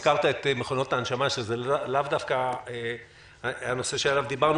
הזכרת את מכונות ההנשמה שזה לאו דווקא הנושא שעליו דיברנו